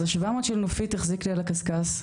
אז ה-700 של נופית החזיק לי על הקשקש,